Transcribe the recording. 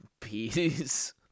Peace